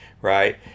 right